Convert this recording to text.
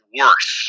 worse